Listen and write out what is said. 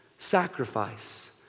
Sacrifice